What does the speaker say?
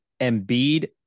Embiid